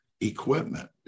equipment